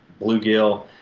bluegill